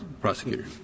prosecutor